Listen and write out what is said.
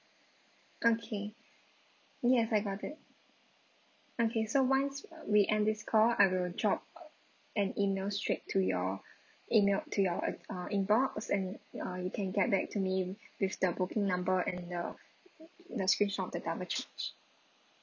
okay yes I got it okay so once we end this call I will drop an email straight to your email to your add~ uh inbox and you uh you can get back to me with the booking number and the the screenshot of the double ch~ ch~